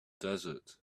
desert